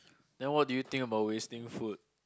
then what do you think about wasting food